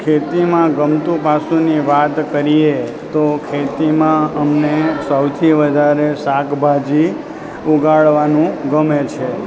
ખેતીમાં ગમતું પાસુંની વાત કરીએ તો ખેતીમાં અમને સૌથી વધારે શાકભાજી ઉગાડવાનું ગમે છે